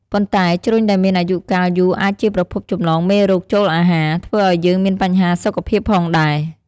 ប៉ុន្តែជ្រញ់ដែលមានអាយុកាលយូរអាចជាប្រភពចម្លងមេរោគចូលអាហារ ធ្វើឱ្យយើងមានបញ្ហាសុខភាពផងដែរ។